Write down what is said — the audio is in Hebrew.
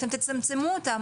אתם תצמצמו אותם.